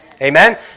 Amen